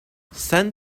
send